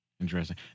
Interesting